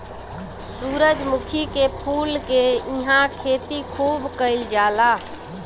सूरजमुखी के फूल के इहां खेती खूब कईल जाला